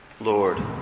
Lord